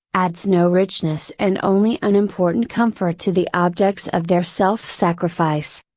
adds no richness and only unimportant comfort to the objects of their self sacrifice.